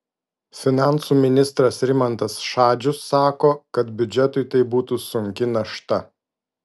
finansų ministras rimantas šadžius sako kad biudžetui tai būtų sunki našta